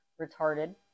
Retarded